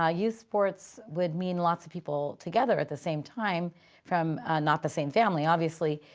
ah youth sports would mean lots of people together at the same time from not the same family, obviously.